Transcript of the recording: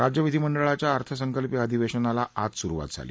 राज्य विधीमंडळाच्या अर्थसंकल्पीय अधिवेशनाला आज सुरुवात झाली